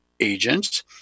agents